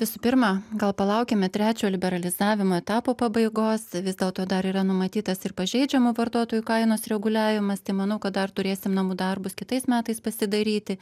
visų pirma gal palaukime trečio liberalizavimo etapo pabaigos vis dėlto dar yra numatytas ir pažeidžiamų vartotojų kainos reguliavimas tai manau kad dar turėsim namų darbus kitais metais pasidaryti